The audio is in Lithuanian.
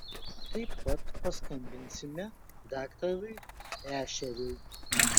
taip pat paskambinsime daktarui ešeriui